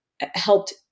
helped